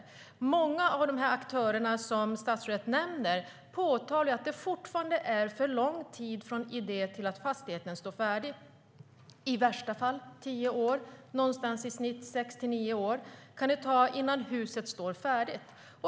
Många av de aktörer som statsrådet nämner påtalar att det fortfarande tar för lång tid från idé till att fastigheten står färdig. I värsta fall kan det ta tio år - snittet är sex till nio år - innan huset står färdigt.